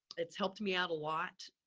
it's helped me out a lot.